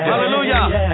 Hallelujah